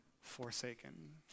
forsaken